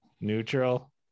Neutral